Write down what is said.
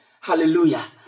Hallelujah